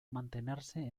mantenerse